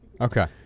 Okay